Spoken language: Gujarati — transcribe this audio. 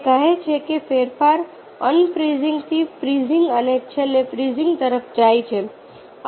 તે કહે છે કે ફેરફાર અનફ્રીઝિંગથી ફ્રીઝિંગ અને છેલ્લે ફ્રીઝિંગ તરફ જાય છે